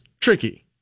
tricky